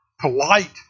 polite